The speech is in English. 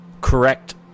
correct